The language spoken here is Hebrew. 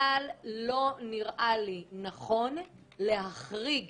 אבל לא נראה לי נכון להחריג